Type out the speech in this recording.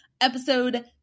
episode